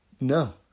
no